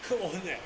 hurt 我们 leh